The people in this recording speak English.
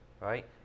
right